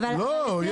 לא,